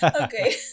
Okay